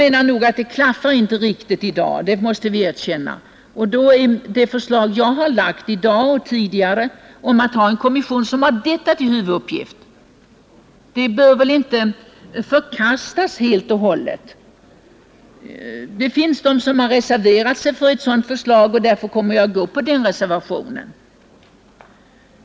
Vården klaffar inte riktigt i dag, det måste erkännas. Därför bör väl det förslag som jag har lagt i dag och tidigare om att tillsätta en kommission, med kampen mot narkotikan som huvuduppgift, inte helt förkastas. Några ledamöter i utskottet har reserverat sig för ett sådant förslag och därför kommer jag att rösta för den reservationen.